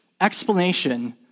explanation